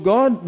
God